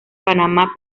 panamá